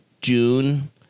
June